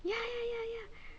ya ya ya ya